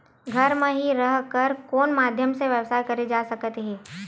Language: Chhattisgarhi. घर म हि रह कर कोन माध्यम से व्यवसाय करे जा सकत हे?